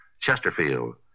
Chesterfield